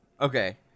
Okay